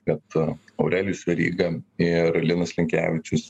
kad aurelijus veryga ir linas linkevičius